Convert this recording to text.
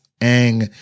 ang